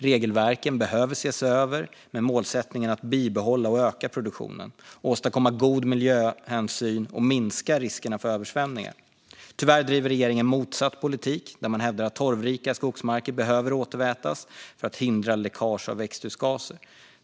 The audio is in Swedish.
Regelverken behöver ses över med målsättningen att bibehålla och öka produktionen, åstadkomma god miljöhänsyn och minska riskerna för översvämningar. Tyvärr driver regeringen motsatt politik och hävdar att torvrika skogsmarker behöver återvätas för att hindra läckage av växthusgaser.